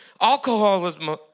Alcoholism